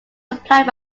supplied